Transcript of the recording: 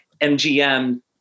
MGM